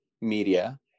media